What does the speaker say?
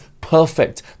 perfect